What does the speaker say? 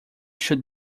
should